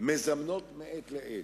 מזמנות מעת לעת.